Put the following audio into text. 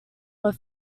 were